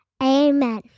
Amen